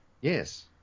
yes